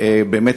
באמת,